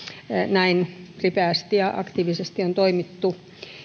näin ripeästi ja aktiivisesti on toimittu